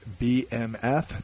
BMF